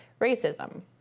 racism